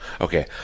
okay